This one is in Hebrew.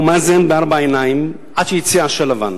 מאזן בארבע עיניים עד שיצא עשן לבן,